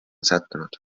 sattunud